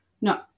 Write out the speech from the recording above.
No